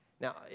Now